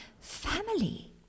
family